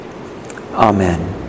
Amen